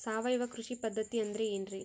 ಸಾವಯವ ಕೃಷಿ ಪದ್ಧತಿ ಅಂದ್ರೆ ಏನ್ರಿ?